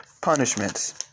punishments